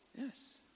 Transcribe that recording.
Yes